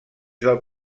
del